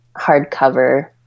hardcover